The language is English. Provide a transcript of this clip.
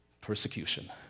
persecution